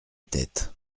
tête